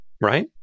right